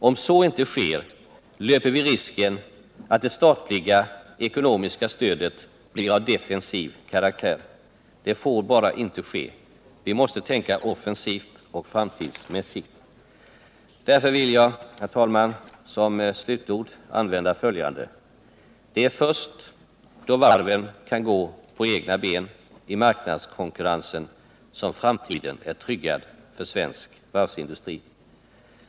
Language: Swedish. Om så inte sker löper vi risken att det statliga ekonomiska stödet blir av defensiv karaktär. Det får bara inte ske. Vi måste tänka offensivt och framtidsmässigt. Därför vill jag, herr talman, som slutord anföra följande: Det är först då varven kan stå på egna ben i marknadskonkurrensen som framtiden är tryggad för svensk varvsindustri.